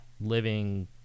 living